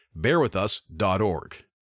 bearwithus.org